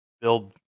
build